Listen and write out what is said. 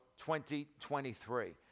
2023